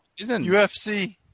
UFC